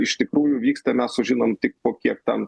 iš tikrųjų vyksta mes sužinom tik po kiek ten